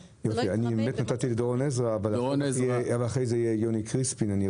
רשות הדיבור לדורון עזרא ואחריו יוני קריספין,